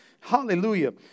Hallelujah